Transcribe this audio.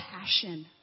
passion